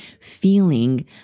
feeling